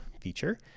feature